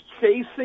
chasing